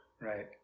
right